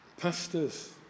pastors